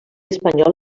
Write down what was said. espanyol